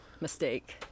Mistake